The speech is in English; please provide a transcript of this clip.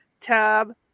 tab